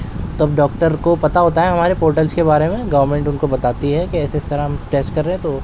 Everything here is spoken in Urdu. تب ڈاکٹر کو پتا ہوتا ہے ہمارے پورٹلس کے بارے میں گورنمنٹ ان کو بتاتی ہے کہ اس اس طرح ہم ٹیسٹ کر رہے ہیں تو